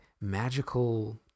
magical